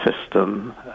system